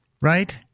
Right